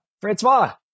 francois